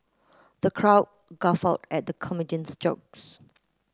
the crowd guffawed at the comedian's jokes